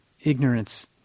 ignorance